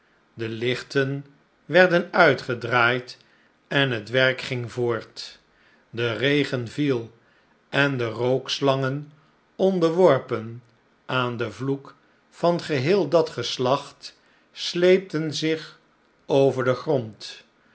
de lichten werden uitgedraaid en het werk ging voort de regen viel en de rookslangen onderworpen aan den vloek van geheel dat geslacht sleepten zich over den grond